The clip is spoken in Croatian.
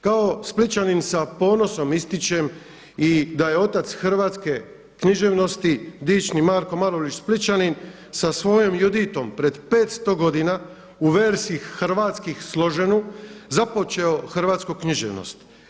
Kao Splićanin sa ponosom ističem i da je otac hrvatske književnosti dični Marko Marulić Splićanin sa svojoj „Juditom“ pred 500 godina u versi harvacki složenu, započeo hrvatsku književnost.